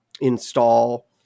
install